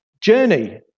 journey